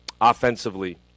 Offensively